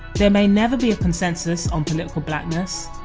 there may never be a consensus on political blackness,